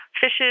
fishes